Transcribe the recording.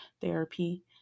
therapy